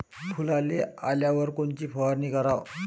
फुलाले आल्यावर कोनची फवारनी कराव?